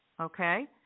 Okay